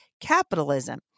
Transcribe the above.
capitalism